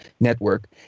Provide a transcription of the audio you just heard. network